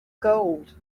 gold